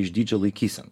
išdidžią laikyseną